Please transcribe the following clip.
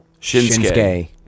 Shinsuke